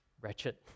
wretched